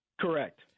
Correct